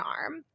arm